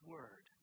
Word